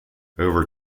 over